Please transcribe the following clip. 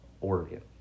Oregon